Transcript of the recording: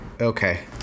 okay